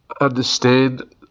understand